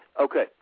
Okay